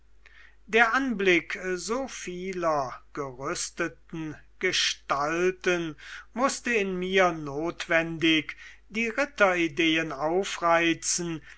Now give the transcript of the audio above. der anblick so vieler gerüsteten gestalten mußte in mir notwendig die ritterideen aufreizen